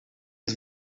het